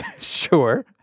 Sure